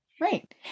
Right